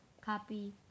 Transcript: copy